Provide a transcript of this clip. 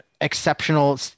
exceptional